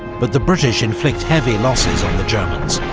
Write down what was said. but the british inflict heavy losses on the germans,